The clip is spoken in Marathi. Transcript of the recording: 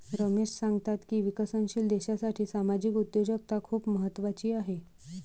रमेश सांगतात की विकसनशील देशासाठी सामाजिक उद्योजकता खूप महत्त्वाची आहे